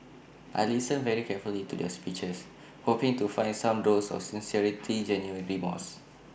I listened very carefully to their speeches hoping to find some dose of sincerity genuine remorse